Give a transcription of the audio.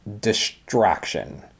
distraction